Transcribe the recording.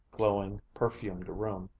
glowing, perfumed room.